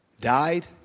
died